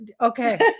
Okay